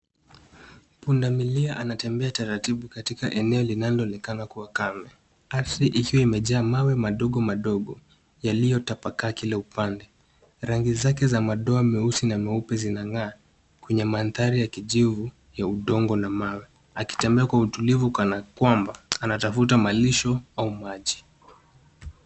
Punda milia anatembea kwa taratibu katika eneo linaloonekana kuwa kame, ardhi ikiwa imejaa mawe madogo madogo yaliyotapakaa kila upande. Rangi zake za madoa meusi na meupe zinang'aa kwenye mandhari ya kijivu, ya udongo na mawe, akitembea kwa utulivu kana kwamba, anatafuta malisho, au maji.